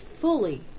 fully